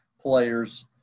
players